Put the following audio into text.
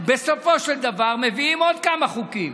אנחנו בסופו של דבר מביאים עוד כמה חוקים,